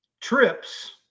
trips